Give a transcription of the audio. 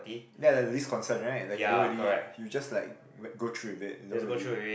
ya like least concern right like you don't really you just like go through with it and don't really